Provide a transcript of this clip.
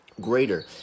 Greater